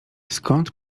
skąd